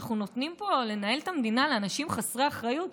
אנחנו נותנים פה לנהל את המדינה לאנשים חסרי אחריות?